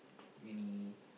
many